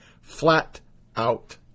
flat-out